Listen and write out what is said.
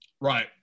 Right